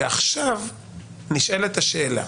ועכשיו נשאלת השאלה,